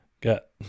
get